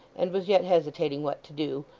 and was yet hesitating what to do,